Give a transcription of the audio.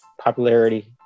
popularity